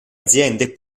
aziende